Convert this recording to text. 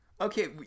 Okay